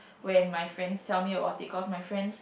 when my friends tell me about it cause my friends